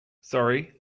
sorry